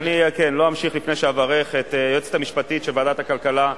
אני לא אמשיך לפני שאברך את היועצת המשפטית של ועדת הכלכלה,